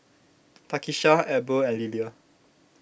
Takisha Eber and Lillia